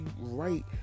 right